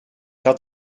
had